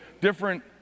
different